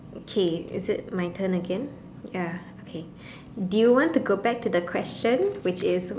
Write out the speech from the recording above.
okay is it my turn again ya okay do you want to go back to the question which is